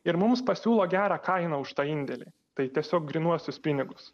ir mums pasiūlo gerą kainą už tą indėlį tai tiesiog grynuosius pinigus